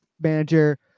manager